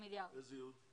איזה ייעוד יש לו?